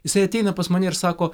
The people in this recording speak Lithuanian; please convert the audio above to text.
jisai ateina pas mane ir sako